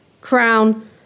crown